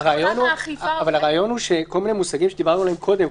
הרעיון הוא שכל מיני מושגים שדיברנו עליהם קודם,